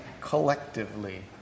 collectively